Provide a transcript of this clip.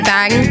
Bang